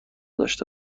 داشته